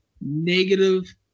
negative